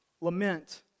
Lament